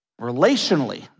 relationally